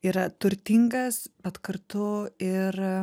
yra turtingas bet kartu ir